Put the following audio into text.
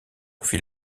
fit